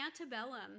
antebellum